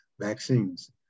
vaccines